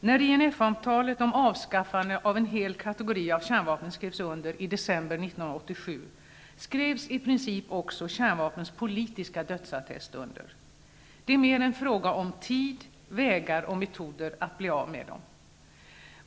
När INF-avtalet om avskaffande av en hel kategori av kärnvapen skrevs under i december 1987, skrevs i princip också kärnvapnens politiska dödsattest under. Det är mer en fråga om tid, vägar och metoder att bli av med dem.